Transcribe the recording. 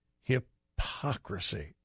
hypocrisy